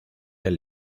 del